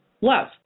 love